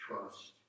trust